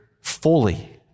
fully